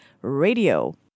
Radio